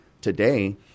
today